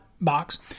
box